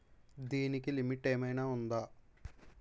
దీనికి లిమిట్ ఆమైనా ఉందా?